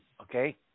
Okay